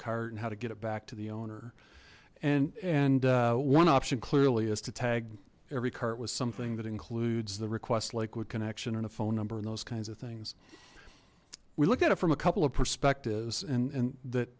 car and how to get it back to the owner and and one option clearly is to tag every cart was something that includes the request lakewood connection and a phone number and those kinds of things we looked at it from a couple of perspectives and and that